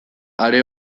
are